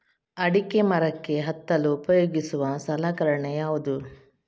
ಅಡಿಕೆ ಮರಕ್ಕೆ ಹತ್ತಲು ಉಪಯೋಗಿಸುವ ಸಲಕರಣೆ ಯಾವುದು?